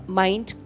mind